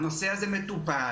הנושא הזה מטופל.